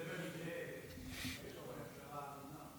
זה במקרה שיש לך ממשלה הגונה,